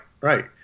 right